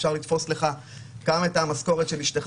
אפשר לתפוס לך גם את המשכורת של אישתך